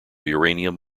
uranium